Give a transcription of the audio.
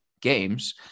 Games